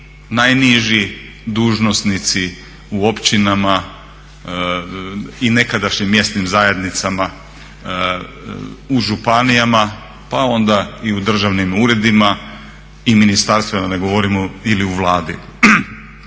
najniži dužnosnici u općinama, i nekadašnjim mjesnim zajednicama u županijama pa onda i u državnim uredima i ministarstvima, da ne govorimo ili u Vladi.